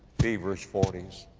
feverish forties,